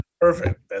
Perfect